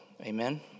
Amen